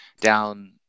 down –